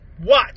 watch